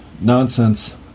nonsense